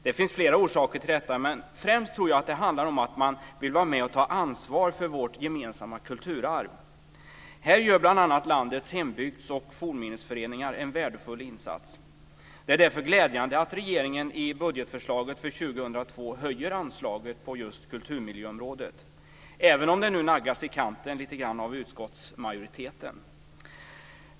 Det finns flera orsaker till detta, men främst tror jag att det handlar om att man vill vara med och ta ansvar för vårt gemensamma kulturarv. Här gör bl.a. landets hembygds och fornminnesföreningar en värdefull insats. Det är därför glädjande att regeringen i budgetförslaget för 2002 höjer anslaget på just kulturmiljöområdet - även om det nu naggas i kanten lite grann av utskottsmajoriteten.